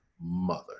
mother